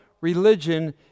religion